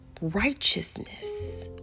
righteousness